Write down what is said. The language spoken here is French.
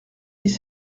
dix